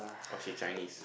cause you Chinese